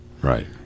Right